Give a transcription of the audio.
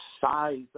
size